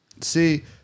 see